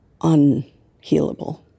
unhealable